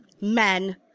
Men